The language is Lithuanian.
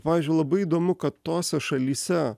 pavyzdžiui labai įdomu kad tose šalyse